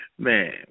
Man